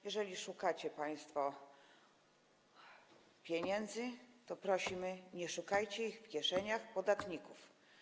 Jeżeli szukacie państwo pieniędzy, to prosimy, nie szukajcie ich w kieszeniach podatników.